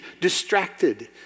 distracted